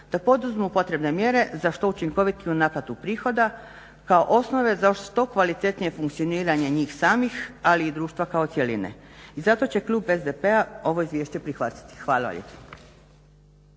da poduzmu potrebne mjere za što učinkovitiju naplatu prihoda kao osnove za što kvalitetnije funkcioniranje njih samih ali i društva kao cjeline i zato će Klub SDP-a ovo izvješće prihvatiti. **Stazić,